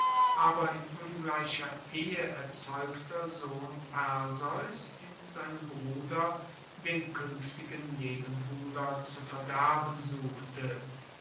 aber in ungleicher ehe erzeugter sohn perseus in seinem bruder den kuenftigen nebenbuhler zu verderben suchte